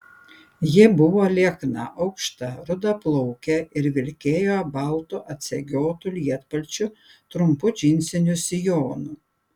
ji buvo liekna aukšta rudaplaukė ir vilkėjo baltu atsegiotu lietpalčiu trumpu džinsiniu sijonu